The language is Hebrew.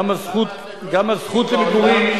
גם הזכות למגורים,